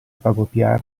pagopa